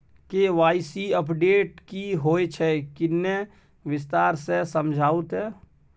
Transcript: KYC update की होय छै किन्ने विस्तार से समझाऊ ते?